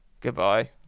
Goodbye